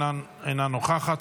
אינה נוכחת,